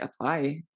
apply